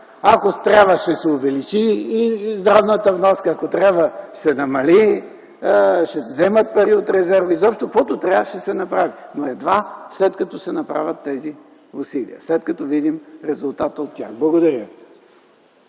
ако трябва, ще се увеличи и здравната вноска, ако трябва, ще се намали, ще се вземат пари от резерва. Изобщо каквото трябва ще се направи, но едва след като се направят тези усилия, след като видим резултата от тях. Благодаря